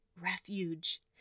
refuge